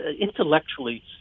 intellectually